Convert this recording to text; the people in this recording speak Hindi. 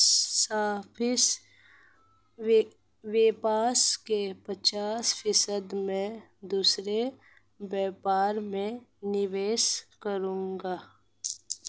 सापेक्ष वापसी का पचास फीसद मैं दूसरे व्यापार में निवेश करूंगा